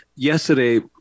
Yesterday